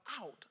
out